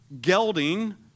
Gelding